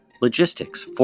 Logistics